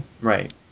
Right